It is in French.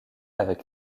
avec